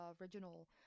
original